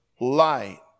light